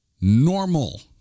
normal